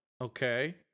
okay